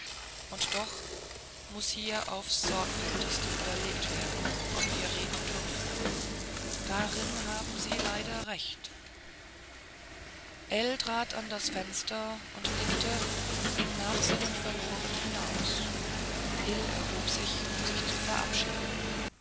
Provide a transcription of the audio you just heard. und doch muß hier aufs sorgfältigste überlegt werden ob wir reden dürfen darin haben sie leider recht ell trat an das fenster und blickte in nachsinnen verloren hinaus hil erhob sich um sich zu verabschieden